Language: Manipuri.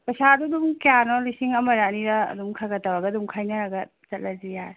ꯄꯩꯁꯥꯗꯨ ꯑꯗꯨꯝ ꯀꯌꯥꯅꯣ ꯂꯤꯁꯤꯡ ꯑꯃꯔ ꯑꯅꯤꯔ ꯑꯗꯨꯝ ꯈꯔ ꯈꯔ ꯇꯧꯔꯒ ꯑꯗꯨꯝ ꯈꯥꯏꯅꯔꯒ ꯆꯠꯂꯁꯤ ꯌꯥꯔꯦ